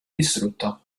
distrutto